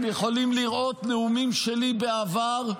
אתם יכולים לראות נאומים שלי בעבר,